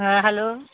হ্যাঁ হ্যালো